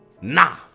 Nah